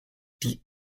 die